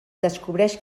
descobreix